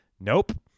Nope